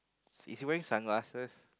is he wearing sunglasses